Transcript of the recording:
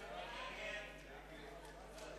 הצעת